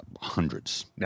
hundreds